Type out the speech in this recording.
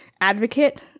advocate